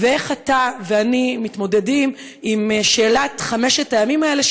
איך אתה ואני מתמודדים עם שאלת חמשת הימים האלה,